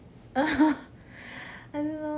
I don't know